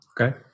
okay